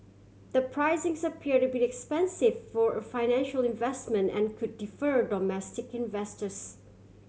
the pricing appear a bit expensive for a financial investment and could defer domestic investors